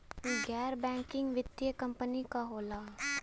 गैर बैकिंग वित्तीय कंपनी का होला?